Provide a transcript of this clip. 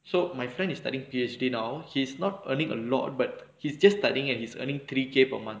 so my friend is studying P_H_D now he is not earning a lot but he's just studying and he's earning three K per month